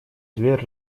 дверь